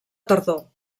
tardor